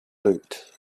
loot